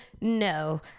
No